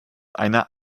einer